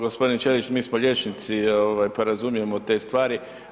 Gospodić Ćelić, mi smo liječnici pa razumijemo te stvari.